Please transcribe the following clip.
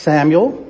Samuel